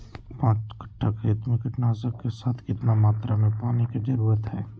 पांच कट्ठा खेत में कीटनाशक के साथ कितना मात्रा में पानी के जरूरत है?